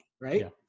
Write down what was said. right